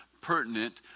pertinent